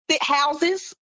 houses